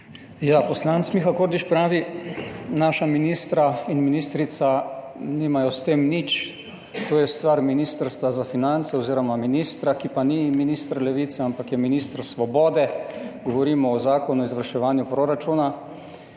Poslanec Miha Kordiš pravi: »Naša ministra in ministrica nimajo s tem nič. To je stvar Ministrstva za finance oziroma ministra, ki pa ni minister Levice, ampak je minister Svobode.« Govorimo o zakonu o izvrševanju proračuna.